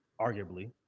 arguably